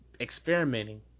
experimenting